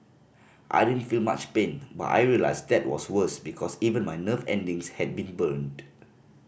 I didn't feel much pain but I realised that was worse because even my nerve endings had been burned